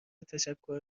تشکر